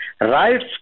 Rights